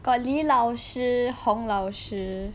got 李老师洪老师